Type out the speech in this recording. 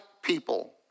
people